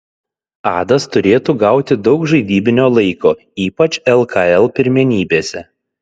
adas turėtų gauti daug žaidybinio laiko ypač lkl pirmenybėse